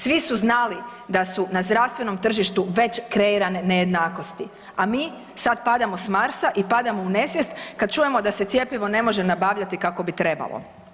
Svi su znali da su na zdravstvenom tržištu već kreirane nejednakosti, a mi sad padamo s Marsa i padamo u nesvijest kad čujemo da se cjepivo ne može nabavljati kako bi trebalo.